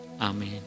Amen